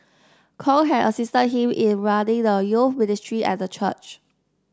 Kong had assisted him in running the you ministry at the church